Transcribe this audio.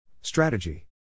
Strategy